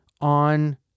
on